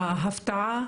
ההפתעה